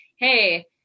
hey